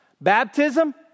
Baptism